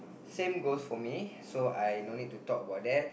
same goes for me so I no need to talk about that